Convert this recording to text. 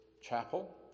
Chapel